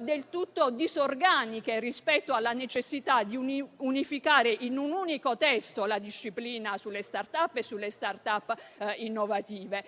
del tutto disorganiche rispetto alla necessità di unificare in un unico testo la disciplina sulle *start-up* innovative.